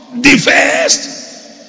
defaced